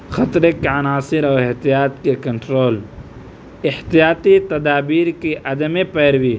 خطرے کے عناصر اور احتیاط کے کنٹرول احتیاطی تدابیر کی عدمِ پیروی